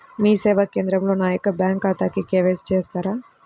మీ సేవా కేంద్రంలో నా యొక్క బ్యాంకు ఖాతాకి కే.వై.సి చేస్తారా?